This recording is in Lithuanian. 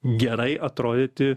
gerai atrodyti